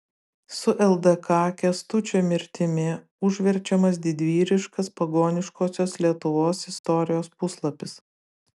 su ldk kęstučio mirtimi užverčiamas didvyriškas pagoniškosios lietuvos istorijos puslapis